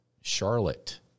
Charlotte